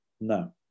No